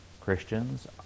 Christians